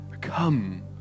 Come